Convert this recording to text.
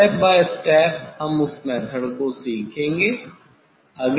step by step हम उस method को सीखेंगे